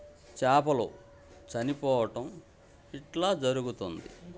చాపలు చనిపోవటం ఇట్లా జరుగుతుంది